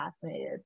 fascinated